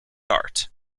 art